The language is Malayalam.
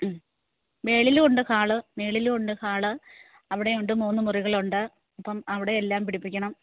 ഉം മേളിലും ഉണ്ട് ഹാള് മേളിലും ഉണ്ട് ഹാള് അവിടേം ഉണ്ട് മൂന്ന് മുറികൾ ഉണ്ട് അപ്പം അവിടെ എല്ലാം പിടിപ്പിക്കണം